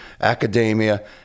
academia